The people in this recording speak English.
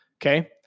Okay